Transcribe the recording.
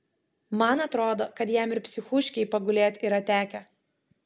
man atrodo kad jam ir psichūškėj pagulėt yra tekę